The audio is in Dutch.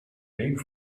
been